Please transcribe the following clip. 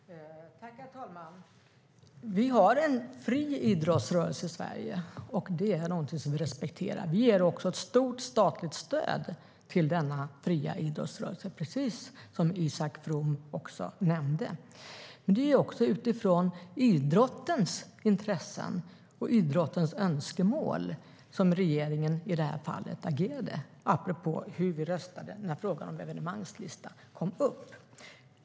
Herr talman! Vi har en fri idrottsrörelse i Sverige, och det är någonting som vi respekterar. Vi ger också ett stort statligt stöd till denna fria idrottsrörelse, precis som Isak From nämnde. Men det var också utifrån idrottens intressen och önskemål som regeringen agerade i det här fallet - apropå hur vi röstade när frågan om en evenemangslista kom upp.